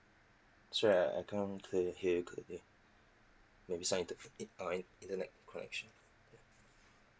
sorry I I can't clearly hear you maybe some err internet connection